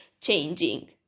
changing